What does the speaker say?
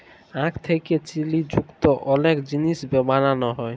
আখ থ্যাকে চিলি যুক্ত অলেক জিলিস বালালো হ্যয়